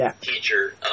teacher